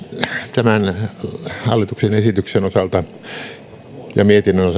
tämän hallituksen esityksen osalta ja mietinnön